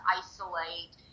isolate